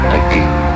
again